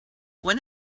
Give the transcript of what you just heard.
when